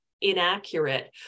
inaccurate